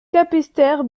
capesterre